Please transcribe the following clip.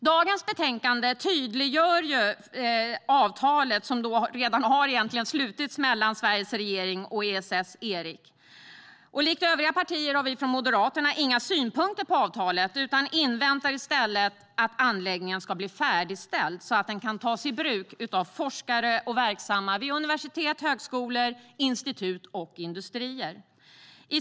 Dagens betänkande tydliggör avtalet, som egentligen redan har slutits mellan Sveriges regering och ESS Eric. Likt övriga partier har vi från Moderaterna inga synpunkter på avtalet utan inväntar i stället att anläggningen ska bli färdigställd, så att den kan tas i bruk av forskare och verksamma vid universitet, högskolor, institut och industrier.